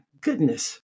goodness